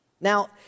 Now